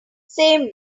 same